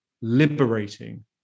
liberating